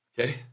Okay